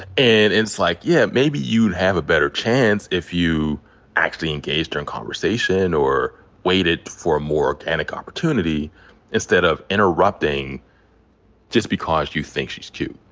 and it's like, yeah, maybe you would have a better chance if you actually engaged her in conversation or waited for a more organic opportunity instead of interrupting just because you think she's cute.